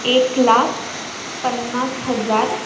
एक लाख पन्नास हजार